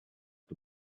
the